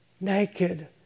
naked